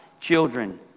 children